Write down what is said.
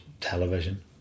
television